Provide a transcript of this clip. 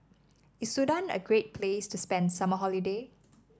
is Sudan a great place to spend summer holiday